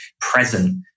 present